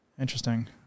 Interesting